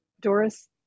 Doris